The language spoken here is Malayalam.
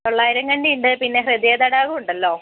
തൊള്ളായിരം കണ്ടിയുണ്ട് പിന്നെ ഹൃദയതടാകം ഉണ്ടല്ലോ